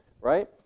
right